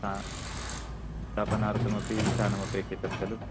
स्थापनार्थम् अपि स्थानम् अपेक्षितं खलु